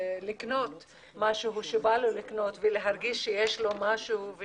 לקנות מה שבא לו לקנות ולהרגיש שיש לו משהו,